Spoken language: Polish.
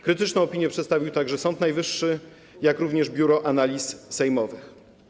Krytyczną opinię przedstawił także Sąd Najwyższy, jak również Biuro Analiz Sejmowych.